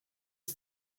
use